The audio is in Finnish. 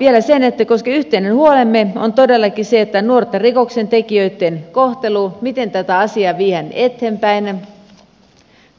vielä se että koska yhteinen huolemme on todellakin nuorten rikoksentekijöitten kohtelu miten tätä asiaa viedään eteenpäin